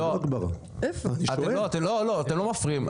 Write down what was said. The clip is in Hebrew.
לא, אתם לא מפריעים.